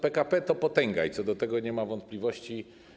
PKP to potęga i co do tego nie ma wątpliwości.